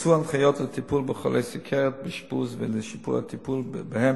הוכנסו הנחיות לטיפול בחולי סוכרת באשפוז ולשיפור הטיפול בהם